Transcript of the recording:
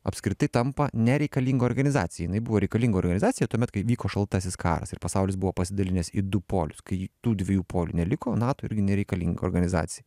apskritai tampa nereikalinga organizacija jinai buvo reikalinga realizacija tuomet kai vyko šaltasis karas ir pasaulis buvo pasidalinęs į du polius kai tų dviejų polių neliko nato irgi nereikalinga organizacija